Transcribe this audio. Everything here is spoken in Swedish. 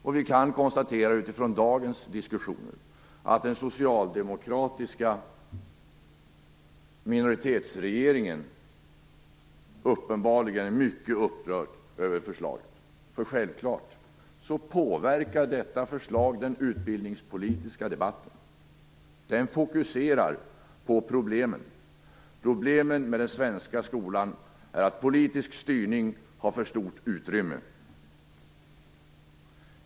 Man kan konstatera utifrån dagens diskussioner att den socialdemokratiska minoritetsregeringen uppenbarligen är mycket upprörd över förslaget. Självfallet påverkar det nämligen den utbildningspolitiska debatten, som fokuserar på problemen. Problemen med den svenska skolan är att politisk styrning har för stort utrymme.